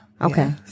Okay